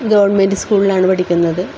government സ്കൂളിലാണ് പഠിക്കുന്നത്